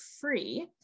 free